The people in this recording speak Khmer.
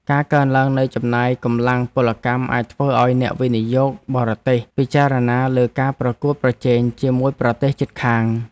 ការកើនឡើងនៃចំណាយកម្លាំងពលកម្មអាចធ្វើឱ្យអ្នកវិនិយោគបរទេសពិចារណាលើការប្រកួតប្រជែងជាមួយប្រទេសជិតខាង។